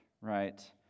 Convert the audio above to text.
right